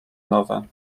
nowe